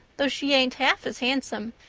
though she ain't half as handsome,